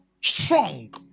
strong